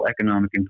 economic